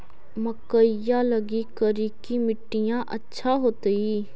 मकईया लगी करिकी मिट्टियां अच्छा होतई